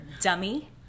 dummy